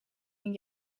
een